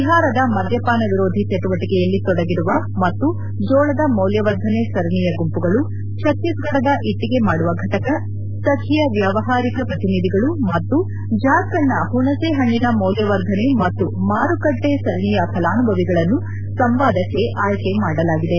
ಬಿಹಾರದ ಮದ್ಯಪಾನ ವಿರೋಧಿ ಚಟುವಟಿಕೆಯಲ್ಲಿ ತೊಡಗಿರುವ ಮತ್ತು ಜೋಳದ ಮೌಲ್ಯವರ್ಧನೆ ಸರಣಿಯ ಗುಂಪುಗಳು ಛತ್ತೀಸ್ಗಢದ ಇಟ್ಡಿಗೆ ಮಾಡುವ ಘಟಕ ಸಖಿಯ ವ್ಯವಹಾರಿಕ ಪ್ರತಿನಿಧಿಗಳು ಮತ್ತು ಜಾರ್ಖಂಡ್ನ ಹುಣಸೆಹಣ್ಣಿನ ಮೌಲ್ಯವರ್ಧನೆ ಮತ್ತು ಮಾರುಕಟ್ನೆ ಸರಣಿಯ ಫಲಾನುಭವಿಗಳನ್ನು ಸಂವಾದಕ್ಕೆ ಆಯ್ಕೆ ಮಾಡಲಾಗಿದೆ